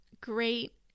great